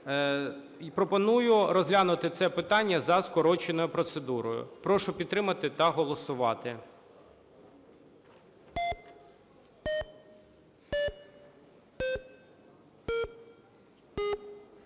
Пропоную розглянути це питання за скороченою процедурою. Прошу підтримати та голосувати.